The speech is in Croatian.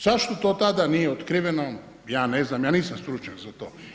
Zašto to tada nije otkriveno, ja ne znam, ja nisam stručnjak za to.